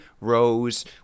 rose